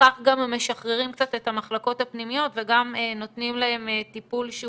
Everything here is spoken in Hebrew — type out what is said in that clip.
ובכך גם משחררים קצת את המחלקות הפנימיות וגם נותנים להם טיפול שהוא